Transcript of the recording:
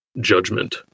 Judgment